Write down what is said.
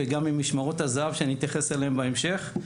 וגם עם משמרות הזהב שאני אתייחס אליהן בהמשך.